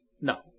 No